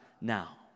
now